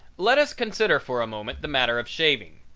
let us consider for a moment the matter of shaving.